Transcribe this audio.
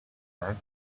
back